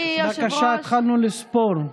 בבקשה, התחלנו לספור.